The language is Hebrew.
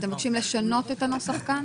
אתם מבקשים לשנות את הנוסח כאן?